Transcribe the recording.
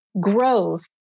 growth